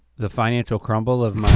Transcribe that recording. the financial crumble of